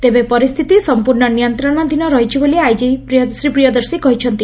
ତେବେ ପରିସ୍ଚିତି ସମ୍ମର୍ଭ୍ର ନିୟନ୍ତଣାଧିନ ରହିଛି ବୋଲି ଆଇଜି ଶ୍ରୀ ପ୍ରିୟଦର୍ଶି କହିଛନ୍ତି